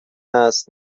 است